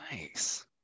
Nice